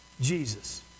Jesus